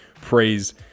praise